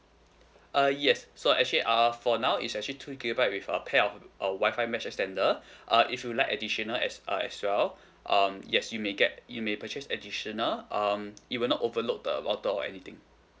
uh yes so actually err for now is actually two gigabyte with a pair of a Wi-Fi mesh extender uh if you'd like additional as uh as well um yes you may get you may purchase additional um it will not overlook the router or anything